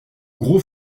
gros